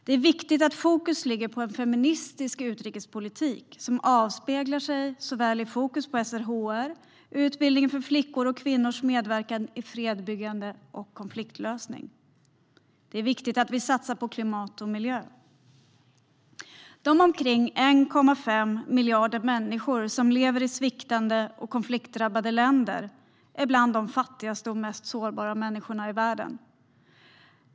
Det är viktigt att fokus ligger på en feministisk utrikespolitik som avspeglar sig såväl i fokus på SRHR och utbildning för flickor som i kvinnors medverkan i fredsbyggande och konfliktlösning. Det är viktigt att vi satsar på klimat och miljö. De omkring 1,5 miljarder människor som lever i sviktande och konfliktdrabbade länder är bland de fattigaste och mest sårbara människorna i världen.